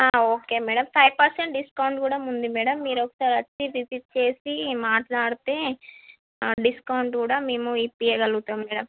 ఆ okay madam five percent discount కూడా ఉంది మేడం మీరు ఒకసారి వచ్చి విసిట్ చేసి మాట్లాడితే డిస్కౌంట్ కూడా మేము ఇప్పించగలుగుతాము మేడం